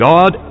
God